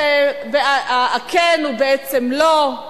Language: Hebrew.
ה"כן" הוא בעצם "לא"